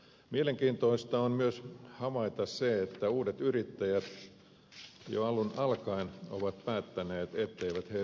mielenkiintoista on myös havaita se että uudet yrittäjät jo alun alkaen ovat päättäneet etteivät he ryhdy työnantajiksi